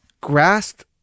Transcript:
grasped